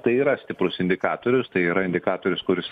tai yra stiprus indikatorius tai yra indikatorius kuris